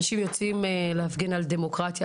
אנשים יוצאים להפגין על דמוקרטיה,